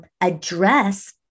address